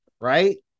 right